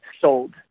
sold